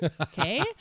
Okay